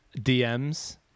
DMs